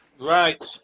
right